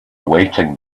awaiting